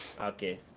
Okay